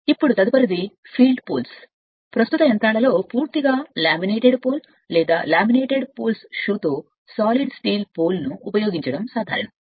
ఇప్పుడు తదుపరిది ఫీల్డ్ స్తంభాలు ప్రస్తుత యంత్రాలలో పూర్తిగా లామినేటెడ్ పోల్ లేదా లామినేటెడ్ పోల్స్ షూతో ఘన ఉక్కు స్తంభాలను ఉపయోగించడం సాధారణం